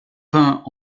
peint